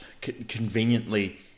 conveniently